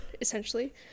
essentially